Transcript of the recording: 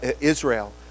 Israel